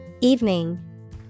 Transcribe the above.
Evening